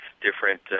different